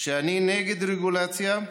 שאני נגד רגולציה.